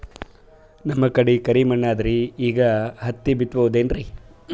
ನಮ್ ಕಡೆ ಕರಿ ಮಣ್ಣು ಅದರಿ, ಈಗ ಹತ್ತಿ ಬಿತ್ತಬಹುದು ಏನ್ರೀ?